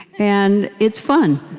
and it's fun